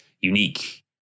unique